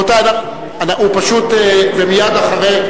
ומייד אחריו,